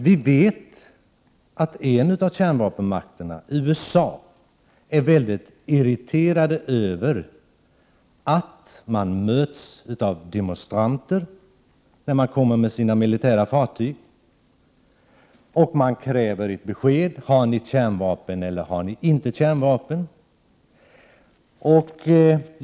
Vi vet att en av kärnvapenmakterna, USA, är väldigt irriterad över att mötas av demonstranter när man kommer med sina militärfartyg och avkrävs ett besked om man har eller inte har kärnvapen ombord.